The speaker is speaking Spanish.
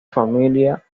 familia